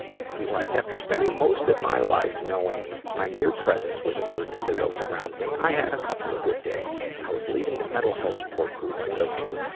and he writes, after spending most of my life knowing my mere presence was a burden to those around me, i had a couple of good days. i was leaving the mental health support group i go to,